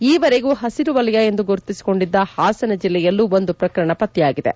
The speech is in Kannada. ಈವರೆಗೂ ಪಸಿರು ವಲಯ ಎಂದು ಗುರುತಿಸಿಕೊಂಡಿದ್ದ ಪಾಸನ ಜಿಲ್ಲೆಯಲ್ಲೂ ಒಂದು ಪ್ರಕರಣ ಪತ್ತೆಯಾಗಿದೆ